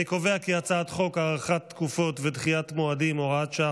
אני קובע כי הצעת חוק הארכת תקופות ודחיית מועדים (הוראת שעה,